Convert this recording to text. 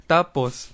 Tapos